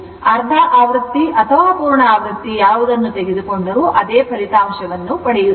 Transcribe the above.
ಅರ್ಧ ಆವೃತ್ತಿ ಅಥವಾ ಪೂರ್ಣ ಆವೃತ್ತಿಗಳಾಗಿದ್ದರೆ ಅದೇ ಫಲಿತಾಂಶವನ್ನು ಪಡೆಯುತ್ತದೆ